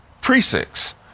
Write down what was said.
precincts